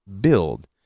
build